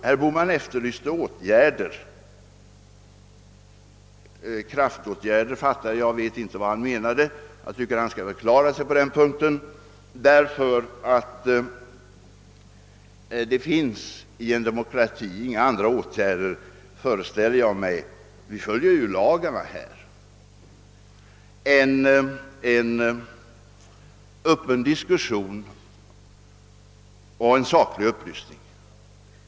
Herr Bohman efterlyste kraftåtgärder — jag vet inte vad han menade, och jag tycker att han bör förklara sig på den punkten. Jag föreställer mig att det i en demokrati, där vi måste följa lagarna, inte finns några andra åtgärder att vidta än att föra en öppen diskussion och ge en saklig upplysning.